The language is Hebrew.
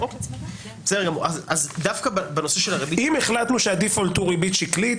אם החלטנו שהדיפולט הוא ריבית שקלית,